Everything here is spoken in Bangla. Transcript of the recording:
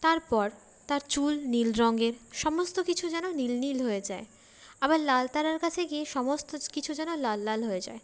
তারপর তার চুল নীল রঙের সমস্ত কিছু যেন নীল নীল হয়ে যায় আবার লাল তারার কাছে গিয়ে সমস্ত কিছু যেন লাল লাল হয়ে যায়